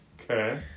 Okay